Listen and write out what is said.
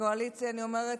לקואליציה אני אומרת,